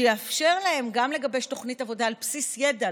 שיאפשר להם גם לגבש תוכנית עבודה על בסיס ידע,